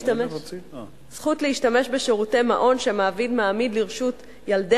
זכות להשתמש בשירותי מעון שהמעביד מעמיד לרשות ילדי